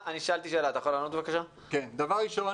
דבר ראשון,